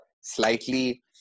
slightly